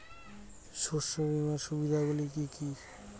শস্য বিমার সুবিধাগুলি কি কি?